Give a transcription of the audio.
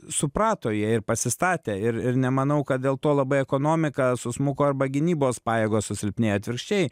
suprato jie ir pasistatė ir ir nemanau kad dėl to labai ekonomika susmuko arba gynybos pajėgos susilpnėjo atvirkščiai